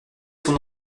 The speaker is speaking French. son